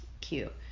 Cute